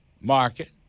market